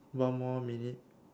one more minute